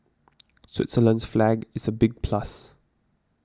Switzerland's flag is a big plus